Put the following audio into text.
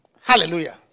Hallelujah